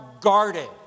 guarded